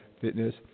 fitness